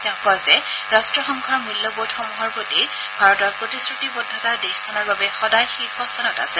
তেওঁ কয় যে ৰাষ্ট্ৰসংঘৰ মূল্যবোধসমূহৰ প্ৰতি ভাৰতৰ প্ৰতিশ্ৰুতিবদ্ধতা দেশখনৰ বাবে সদায় শীৰ্ষ স্থানত আছে